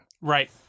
Right